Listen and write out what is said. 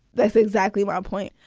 that's exactly my point.